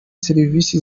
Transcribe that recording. serivisi